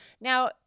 Now